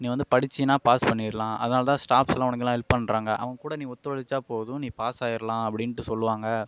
நீ வந்து படிச்சினால் பாஸ் பண்ணிடலாம் அதனால் தான் ஸ்டாப்ஸ்லாம் உனக்குலாம் ஹெல்ப் பண்ணுறாங்க அவங்கக்கூட நீ ஒத்துதொழச்சா போதும் நீ பாஸ் ஆகிறலாம் அப்படின்ட்டு சொல்லுவாங்க